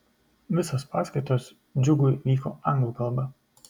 visos paskaitos džiugui vyko anglų kalba